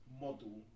model